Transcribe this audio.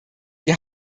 wir